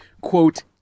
quote